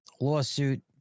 lawsuit